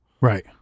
Right